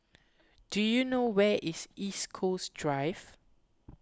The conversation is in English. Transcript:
do you know where is East Coast Drive